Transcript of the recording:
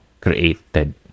created